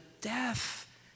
death